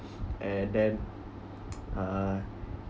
and then uh